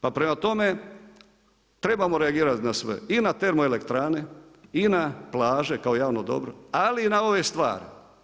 Pa prema tome, trebamo reagirati na sve i na termoelektrane i na plaže, kao javno dobro, ali i na ove stvari.